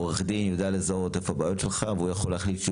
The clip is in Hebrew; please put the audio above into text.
עורך דין יודע לזהות איפה הבעיות שלך והוא יכול להחליט שהוא